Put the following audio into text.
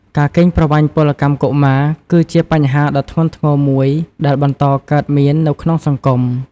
ការកេងប្រវ័ញ្ចពលកម្មកុមារ គឺជាបញ្ហាដ៏ធ្ងន់ធ្ងរមួយដែលបន្តកើតមាននៅក្នុងសង្គម។